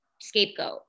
scapegoat